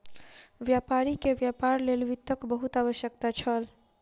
व्यापारी के व्यापार लेल वित्तक बहुत आवश्यकता छल